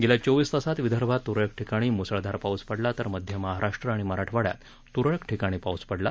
गेल्या चोवीस तासात विदर्भात तुरळक ठिकाणी मुसळधार पाऊस पडला तर मध्य महाराष्ट्र आणि मराठवाइयात त्रळक ठिकाणी पाऊस पडला